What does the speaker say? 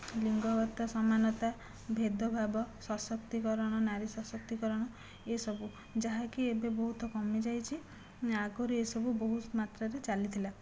ଲିଙ୍ଗଗତ ସମାନତା ଭେଦ ଭାବ ସଶକ୍ତିକରଣ ନାରୀ ସଶକ୍ତିକରଣ ଇଏ ସବୁ ଯାହାକି ଏବେ ବହୁତ କମିଯାଇଛି ଆଗରୁ ଇଏ ସବୁ ବହୁତ ମାତ୍ରାରେ ଚାଲିଥିଲା